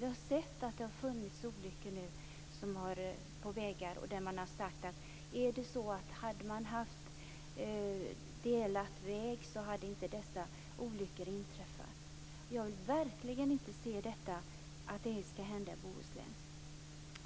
Vi har sett att det har funnits olyckor där man har sagt att om man hade haft delad väg hade inte dessa olyckor inträffat. Jag vill verkligen inte se att det skall hända i